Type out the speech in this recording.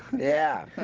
yeah.